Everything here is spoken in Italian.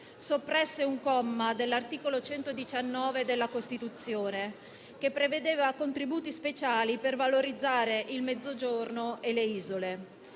soppresse un comma dell'articolo 119 della Costituzione che prevedeva contributi speciali per valorizzare il Mezzogiorno e le isole.